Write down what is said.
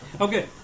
Okay